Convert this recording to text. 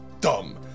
dumb